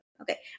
okay